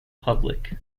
public